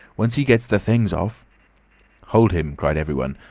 once he gets the things off hold him! cried everyone,